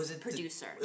producer